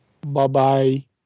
Bye-bye